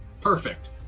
Perfect